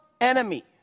enemy